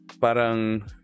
Parang